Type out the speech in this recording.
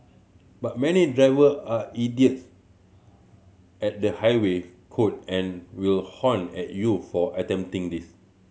but many driver are idiots at the highway code and will honk at you for attempting this